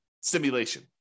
simulation